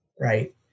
right